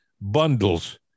bundles